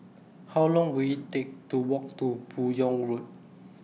How Long Will IT Take to Walk to Buyong Road